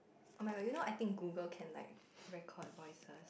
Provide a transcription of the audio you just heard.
oh-my-god do you know I think Google can like record voices